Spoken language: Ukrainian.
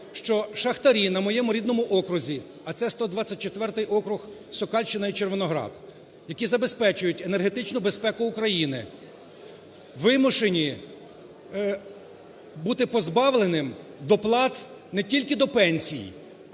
що шахтарі на моєму рідному окрузі, а це 124 округ, Сокальщина і Червоноград, які забезпечують енергетичну безпеку України, вимушені бути позбавленими доплат не тільки до пенсій,